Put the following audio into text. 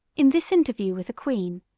in this interview with the queen,